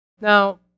Now